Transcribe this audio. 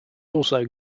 also